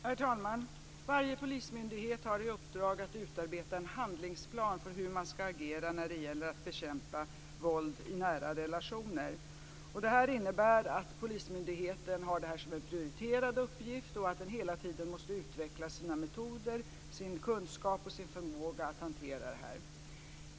Herr talman! Varje polismyndighet har i uppdrag att utarbeta en handlingsplan för hur man ska agera när det gäller att bekämpa våld i nära relationer. Det innebär att polismyndigheten har det som en prioriterad uppgift och att den hela tiden måste utveckla sina metoder, sin kunskap och sin förmåga att hantera detta.